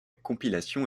compilation